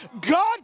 God